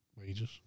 wages